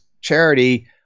charity